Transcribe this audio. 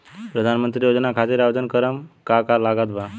प्रधानमंत्री योजना खातिर आवेदन करम का का लागत बा?